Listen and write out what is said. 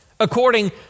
according